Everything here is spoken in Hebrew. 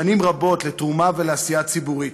שנים רבות, לתרומה ולעשייה ציבורית.